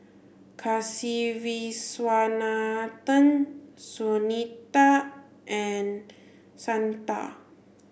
Kasiviswanathan Sunita and Santha